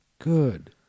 Good